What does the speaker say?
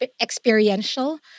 experiential